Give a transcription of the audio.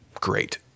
great